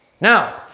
Now